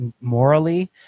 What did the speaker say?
morally